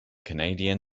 canadian